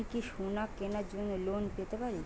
আমি কি সোনা কেনার জন্য লোন পেতে পারি?